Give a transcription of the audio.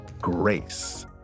grace